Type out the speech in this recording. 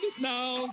now